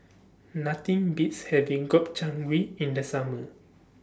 Nothing Beats having Gobchang Gui in The Summer